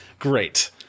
Great